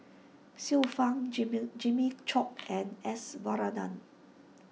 Xiu Fang Jimmu Jimmy Chok and S Varathan